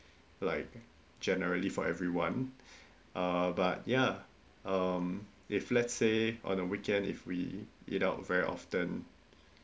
like generally for everyone uh but ya um if let's say on the weekend if we eat out very often